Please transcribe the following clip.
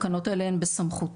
התקנות האלו הן בסמכותו,